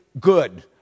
good